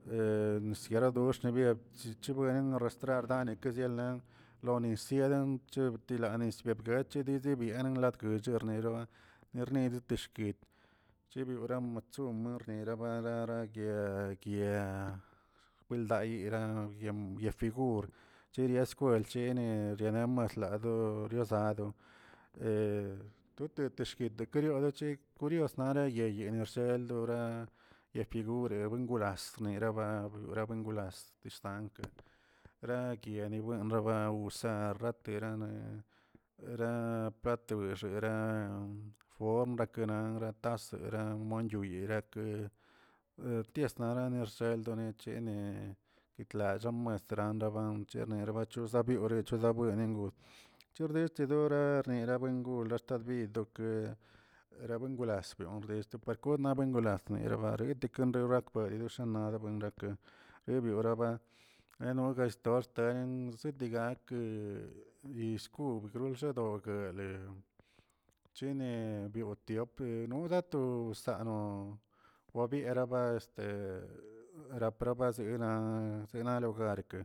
skaradios cheniebe buen rastrar kanedkzilen lo nisin chebtialani nis bechidiabilani gucho rneroba, nerneri to shkid, chebiora matsomb ernirababa yaa gyaa widayi graa yaa figur, chiria skwel chini yirane maslado dorio zado, to- to teshkit tarario tochek kuriosnale yiyeni xsheld yaafigure wlas niraba gurabuen glas chtankə, gradiani buenra naꞌ usa ratera ra platera roxa form rakera tasera wonyuyirakə tiesdane xshel nechene guitalalla muestran banchernera bachusnami rechorabueningo, cherdechedora nera buengola bid dokeə ra buenglasloon nixtokabuen rabayrorast nad buerake ribioraba, nenogaxtoys bezitegak dillkobgon adogue lechine biotiope wadatosano wabieraba este rapraba zeena. zeena logarke.